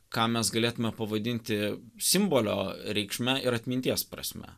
ką mes galėtume pavadinti simbolio reikšme ir atminties prasme